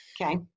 Okay